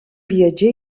viatger